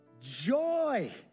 joy